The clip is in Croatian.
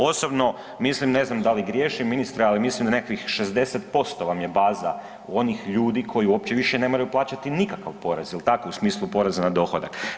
Osobno mislim, ne znam da li griješim ministre, ali mislim da nekakvih 60% vam je baza onih ljudi koji uopće više ne moraju plaćati nikakav porez, je li tako, u smislu poreza na dohodak.